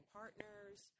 partners